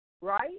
right